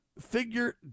figure